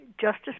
Justice